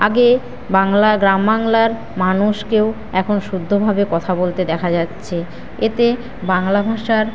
আগে বাংলা গ্রাম বাংলার মানুষকেও এখন শুদ্ধভাবে কথা বলতে দেখা যাচ্ছে এতে বাংলা ভাষার